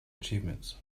achievements